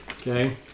Okay